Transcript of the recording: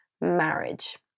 marriage